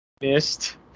missed